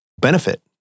benefit